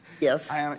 Yes